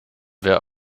wer